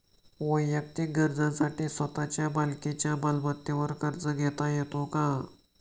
वैयक्तिक गरजांसाठी स्वतःच्या मालकीच्या मालमत्तेवर कर्ज घेता येतो का?